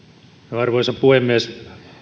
arvoisa puhemies